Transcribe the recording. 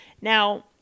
now